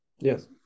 Yes